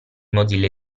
mozilla